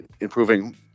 improving